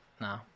No